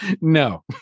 No